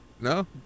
No